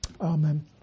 Amen